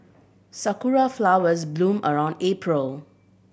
sakura flowers bloom around April